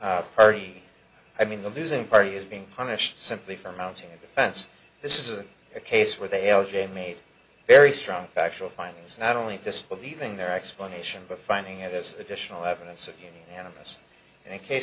prevailing party i mean the losing party is being punished simply for mounting a defense this is a case where they o j made very strong factual findings not only disbelieving their explanation but finding it as additional evidence of animals in a case